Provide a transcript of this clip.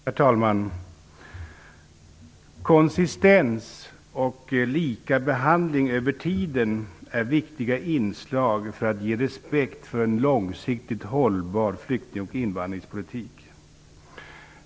Herr talman! Konsistens och lika behandling över tiden är viktiga inslag för att ge respekt för en långsiktigt hållbar flykting och invandringspolitik.